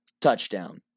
touchdown